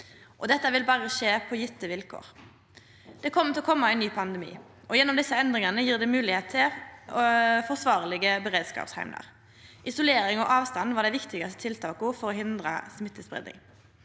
Dette vil berre skje på gjevne vilkår. Det kjem til å koma ein ny pandemi, og gjennom desse endringane gjer ein det mogleg med forsvarlege beredskapsheimlar. Isolering og avstand var dei viktigaste tiltaka for å hindra smittespreiing.